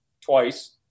twice